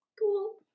Cool